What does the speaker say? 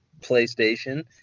PlayStation